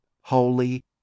Holy